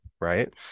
right